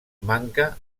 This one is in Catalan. manca